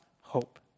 hope